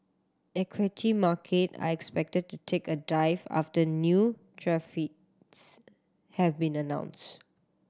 equity market are expected to take a dive after new tariffs have been announce